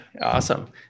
Awesome